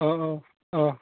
अह अह अह